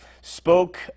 spoke